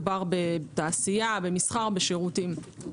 מדובר בתעשייה, במסחר, בשירותים.